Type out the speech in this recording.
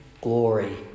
glory